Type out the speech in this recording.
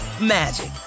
magic